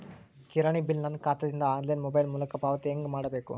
ಕಿರಾಣಿ ಬಿಲ್ ನನ್ನ ಖಾತಾ ದಿಂದ ಆನ್ಲೈನ್ ಮೊಬೈಲ್ ಮೊಲಕ ಪಾವತಿ ಹೆಂಗ್ ಮಾಡಬೇಕು?